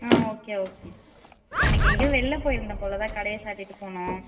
ஆ okay okay அன்னைக்கு எங்கையோ வெளில போயிருந்தோம் போல் அதான் கடையை சாற்றிட்டு போனோம்